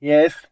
Yes